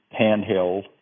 handheld